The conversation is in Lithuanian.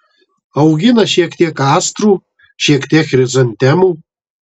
augina šiek tiek astrų šiek tiek chrizantemų